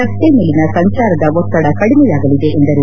ರಸ್ತೆ ಮೇಲಿನ ಸಂಚಾರದ ಒತ್ತಡ ಕಡಿಮೆಯಾಗಲಿದೆ ಎಂದರು